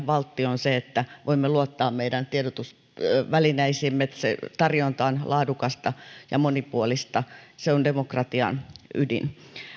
valtti on se että voimme luottaa meidän tiedotusvälineisiimme että se tarjonta on laadukasta ja monipuolista se on demokratian ydin